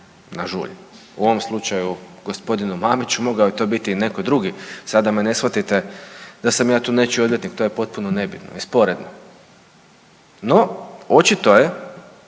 u ovom slučaju g. Mamiću? Mogao je to biti i neko drugi, sad da me ne shvatite da sam ja tu nečiji odvjetnik, to je potpuno nebitno i sporedno. No, očito je